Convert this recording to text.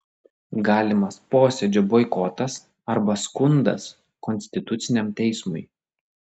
galimas posėdžio boikotas arba skundas konstituciniam teismui